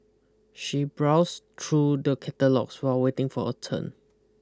she browsed through the catalogues while waiting for her turn